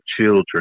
children